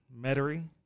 Metairie